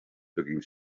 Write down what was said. looking